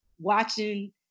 watching